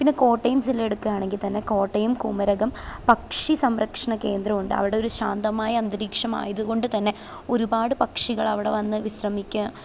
പിന്നെ കോട്ടയം ജില്ലയെടുക്കുവാണെങ്കില്ത്തന്നെ കോട്ടയം കുമരകം പക്ഷി സംരക്ഷണ കേന്ദ്രമുണ്ടവിടൊരു ശാന്തമായന്തരീക്ഷമായതുകൊണ്ടു തന്നെ ഒരുപാട് പക്ഷികളവിടെ വന്ന് വിശ്രമിക്കുക